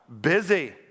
Busy